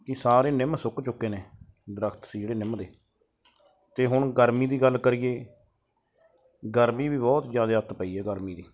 ਕਿ ਸਾਰੇ ਨਿੰਮ ਸੁੱਕ ਚੁੱਕੇ ਨੇ ਦਰੱਖਤ ਸੀ ਜਿਹੜੇ ਨਿੰਮ ਦੇ ਅਤੇ ਹੁਣ ਗਰਮੀ ਦੀ ਗੱਲ ਕਰੀਏ ਗਰਮੀ ਵੀ ਬਹੁਤ ਜ਼ਿਆਦਾ ਅੱਤ ਪਈ ਹੈ ਗਰਮੀ ਦੀ